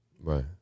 Right